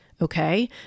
Okay